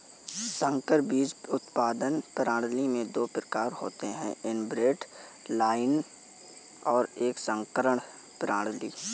संकर बीज उत्पादन प्रणाली में दो प्रकार होते है इनब्रेड लाइनें और एक संकरण प्रणाली